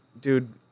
dude